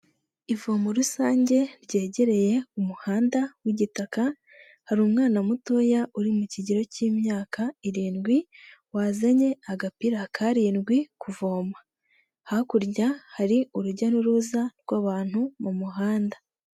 Ivomo rusange ryegereye umuhanda w'igitaka, hari umwana mutoya uri mu kigero cy'imyaka irindwi, wazanye agapira karindwi kuvoma, hakurya hari urujya n'uruza rw'abantu mu muhanda.